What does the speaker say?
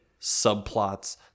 subplots